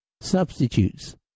Substitutes